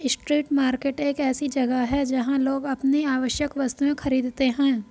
street market एक ऐसी जगह है जहां लोग अपनी आवश्यक वस्तुएं खरीदते हैं